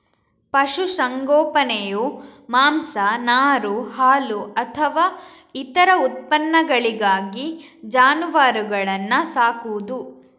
ಪಶು ಸಂಗೋಪನೆಯು ಮಾಂಸ, ನಾರು, ಹಾಲು ಅಥವಾ ಇತರ ಉತ್ಪನ್ನಗಳಿಗಾಗಿ ಜಾನುವಾರುಗಳನ್ನ ಸಾಕುದು